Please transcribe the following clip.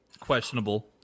Questionable